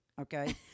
okay